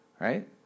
Right